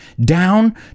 down